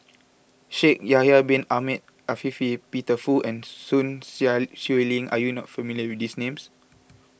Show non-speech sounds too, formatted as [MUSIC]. Shaikh Yahya Bin Ahmed Afifi Peter Fu and Sun [UNINTELLIGIBLE] Xueling are you not familiar with these names